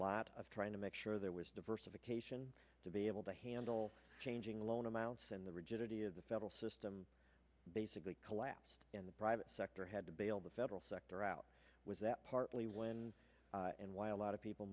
lot of trying to make sure there was diversification to be able to handle changing the loan amounts and the rigidity of the federal system basically collapsed in the private sector had to bail the federal sector out was that partly when and why a lot of people